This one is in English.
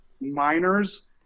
miners